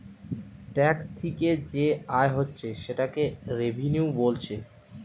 tax থিকে যে আয় হচ্ছে সেটাকে রেভিনিউ বোলছে